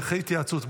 אחרי התייעצות,